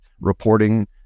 reporting